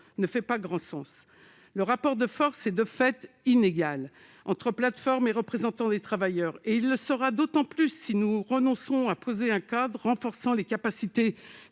ne fait pas grand sens. Le rapport de force est, de fait, inégal, entre plateformes et représentants des travailleurs. Il le sera d'autant plus si nous renonçons à poser un cadre renforçant les capacités